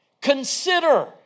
Consider